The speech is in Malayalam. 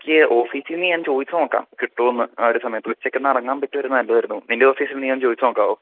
ആക്ച്വലി ഓഫീസീന്ന് ഞാൻ ചോദിച്ചു നോക്കാം കിട്ടുമോന്ന് ആ ഒരു സമയത്ത് ഉച്ചക്ക് ഒന്നിറങ്ങാൻ പറ്റിയൊരു നല്ലതായിരുന്നു നിന്റെ ഓഫീസീന്ന് നീയൊന്ന് ചോദിച്ച് നോക്കാമോ